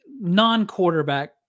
non-quarterback